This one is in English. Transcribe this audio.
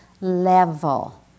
level